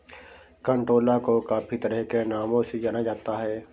कंटोला को काफी तरह के नामों से जाना जाता है